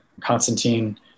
Constantine